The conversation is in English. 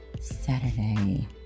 Saturday